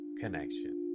connection